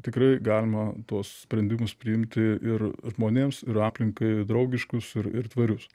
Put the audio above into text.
tikrai galima tuos sprendimus priimti ir žmonėms ir aplinkai draugiškus ir ir tvarius